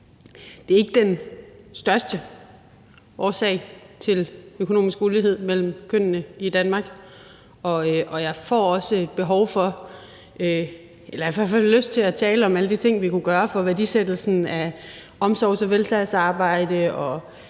Det er ikke den største årsag til økonomisk ulighed mellem kønnene i Danmark, og jeg får også et behov for eller en lyst til at tale om alle de ting, vi kunne gøre for værdiansættelsen af omsorgs- og velfærdsarbejde